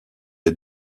est